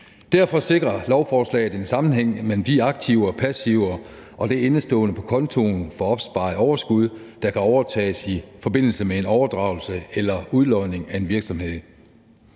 Derfor sikrer lovforslaget en sammenhæng mellem de aktiver og passiver og det indestående på kontoen for opsparet overskud, der kan overtages i forbindelse med en overdragelse eller udlodning af en virksomhed.